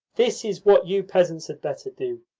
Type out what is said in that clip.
this is what you peasants had better do,